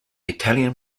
italian